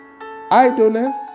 idleness